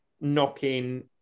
knocking